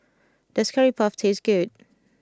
does Curry Puff taste good